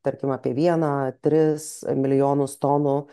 tarkim apie vieną tris milijonus tonų